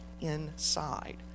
inside